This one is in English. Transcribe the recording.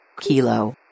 Kilo